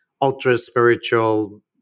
ultra-spiritual